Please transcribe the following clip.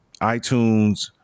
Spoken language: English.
iTunes